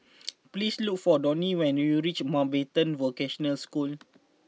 please look for Donny when you reach Mountbatten Vocational School